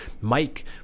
Mike